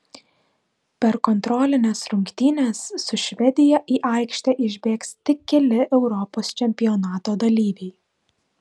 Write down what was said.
per kontrolines rungtynes su švedija į aikštę išbėgs tik keli europos čempionato dalyviai